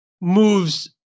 moves